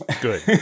Good